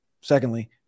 Secondly